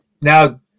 Now